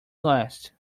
last